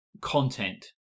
content